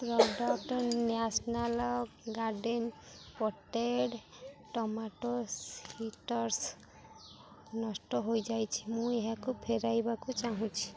product national garden potted tomato seeds ନଷ୍ଟ ହୋଇଯାଇଛି ମୁଁ ଏହାକୁ ଫେରାଇବାକୁ ଚାହୁଁଛି